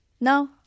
No